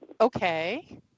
Okay